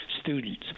students